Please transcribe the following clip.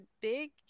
big